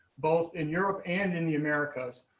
both in europe and in the americas.